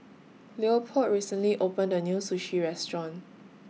Leopold recently opened A New Sushi Restaurant